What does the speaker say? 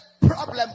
problem